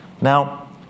Now